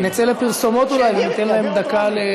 נצא לפרסומות אולי, ניתן להם דקה.